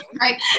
Right